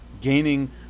gaining